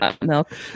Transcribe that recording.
milk